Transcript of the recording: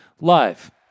live